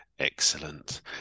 Excellent